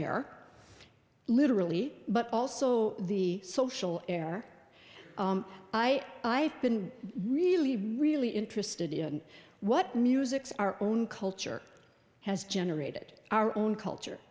air literally but also the social air i i have been really really interested in what music's our own culture has generated our own culture